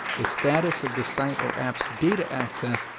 the status of the site or app's data access,